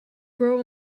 grow